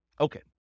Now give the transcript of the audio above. Okay